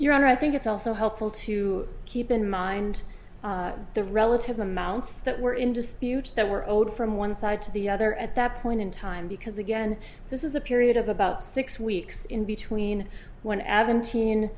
honor i think it's also helpful to keep in mind the relative amounts that were in dispute that were owed from one side to the other at that point in time because again this is a period of about six weeks in between when adam teen